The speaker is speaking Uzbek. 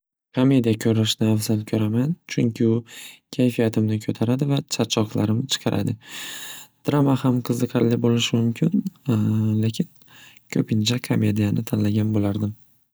Komediya ko'rishni afzal ko'raman chunki u kayfiyatimni ko'taradi va charchoqlarimni chiqaradi drama ham qiziqarli bo'lishi mumkin lekin ko'pincha komediyani tanlagan bo'lardim.